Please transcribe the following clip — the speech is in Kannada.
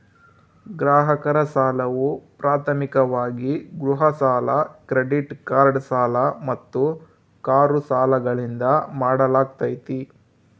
ಗ್ರಾಹಕರ ಸಾಲವು ಪ್ರಾಥಮಿಕವಾಗಿ ಗೃಹ ಸಾಲ ಕ್ರೆಡಿಟ್ ಕಾರ್ಡ್ ಸಾಲ ಮತ್ತು ಕಾರು ಸಾಲಗಳಿಂದ ಮಾಡಲಾಗ್ತೈತಿ